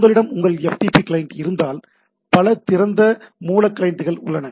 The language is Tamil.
உங்களிடம் உங்கள் FTP கிளையண்ட் இருந்தால் பல திறந்த மூல கிளையண்டுகள் உள்ளன